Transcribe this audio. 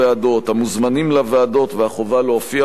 המוזמנים לוועדות והחובה להופיע בפניהן